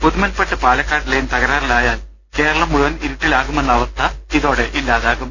Udumalpet Palakkad line തകരാറിലായാൽ കേരളം മുഴുവൻ ഇരുട്ടിലാകുമെന്ന അവസ്ഥ ഇതോടെ ഇല്ലാതാ കും